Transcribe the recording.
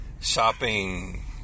shopping